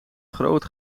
groot